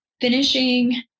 finishing